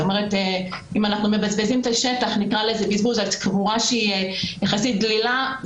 אם אנחנו מבזבזים את השטח על קבורה שהיא יחסית דלילה,